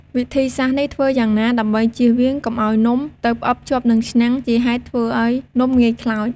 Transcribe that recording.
វិធីសាស្រ្តនេះធ្វើយ៉ាងណា ដើម្បីចៀសវាងកុំឱ្យនំ ទៅផ្អឹបជាប់នឹងឆ្នាំង ជាហេតុធ្វើឱ្យនំងាយខ្លោច។